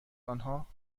آنها